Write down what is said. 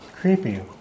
Creepy